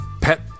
Pet